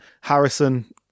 Harrison